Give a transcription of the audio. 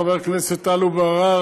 חבר הכנסת טלב אבו עראר,